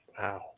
wow